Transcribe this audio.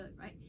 right